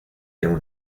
tengo